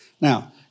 Now